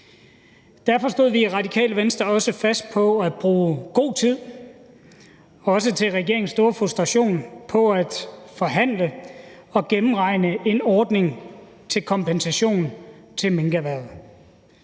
Derfor stod vi i Radikale Venstre også fast på at bruge god tid, også til regeringens store frustration, på at forhandle og gennemregne en ordning til kompensation til minkerhvervet.